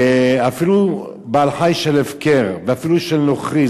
אפילו בעל-חיים של הפקר, ואפילו של נוכרי.